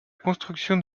construction